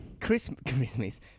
Christmas